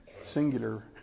singular